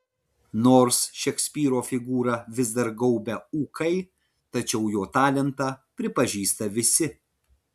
nors šekspyro figūrą vis dar gaubia ūkai tačiau jo talentą pripažįsta visi